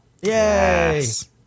Yes